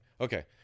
Okay